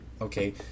okay